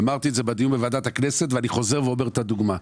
אמרתי את זה בדיון בוועדת הכנסת ואני חוזר ומביא את הדוגמה.